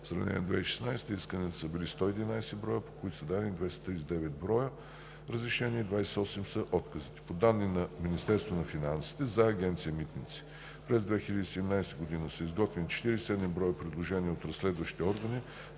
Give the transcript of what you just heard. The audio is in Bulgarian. За сравнение, през 2016 г. исканията са били 111 броя, по които са дадени 239 броя разрешения и 28 са отказите. По данни на Министерството на финансите за Агенция „Митници“ през 2017 г. са изготвени 47 броя предложения от разследващите органи